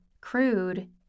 crude